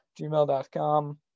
gmail.com